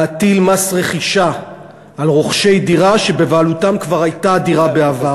להטיל מס רכישה על רוכשי דירה שבבעלותם כבר הייתה דירה בעבר,